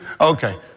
Okay